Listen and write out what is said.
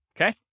okay